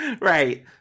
Right